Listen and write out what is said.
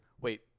wait